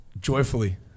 Joyfully